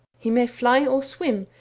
he may fly or swim,